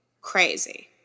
Crazy